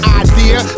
idea